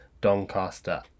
Doncaster